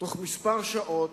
בתוך כמה שעות.